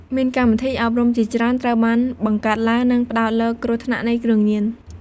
មានកម្មវិធីអប់រំជាច្រើន ត្រូវបានបង្កើតឡើងនិងផ្តោតលើគ្រោះថ្នាក់នៃគ្រឿងញៀន។